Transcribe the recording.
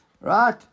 right